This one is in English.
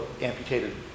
amputated